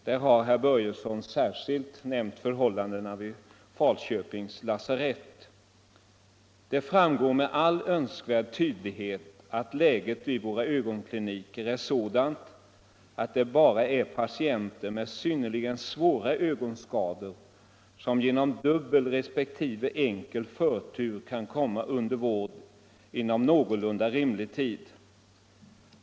Herr Börjesson har särskilt nämnt förhållandena vid Falköpings lasarett. Det framgår med all önskvärd tydlighet att läget vid våra ögonkliniker är sådant att det bara är patienter med synnerligen svåra ögonskador som genom dubbel resp. enkel förtur kan komma under vård inom någorlunda rimlig tid.